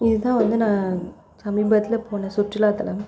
இது தான் வந்து நான் சமீபத்தில் போன சுற்றுலாத்தலம்